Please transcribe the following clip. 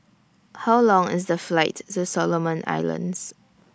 How Long IS The Flight to Solomon Islands